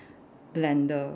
blender